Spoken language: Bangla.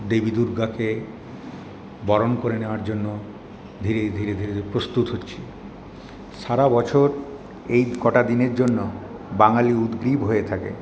দেবী দূর্গাকে বরণ করে নেওয়ার জন্য ধীরে ধীরে ধীরে প্রস্তুত হচ্ছি সারা বছর এই কটা দিনের জন্য বাঙালি উদগ্রীব হয়ে থাকে